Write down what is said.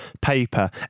paper